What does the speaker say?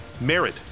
Merit